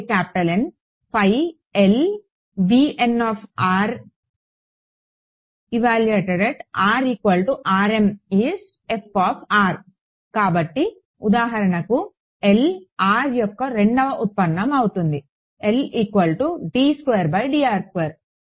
కాబట్టి ఉదాహరణకు L r యొక్క రెండవ ఉత్పన్నం అవుతుంది